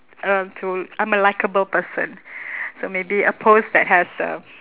uh to I'm a likeable person so maybe a pose that has uh